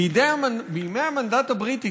בימי המנדט הבריטי,